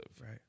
right